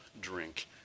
drink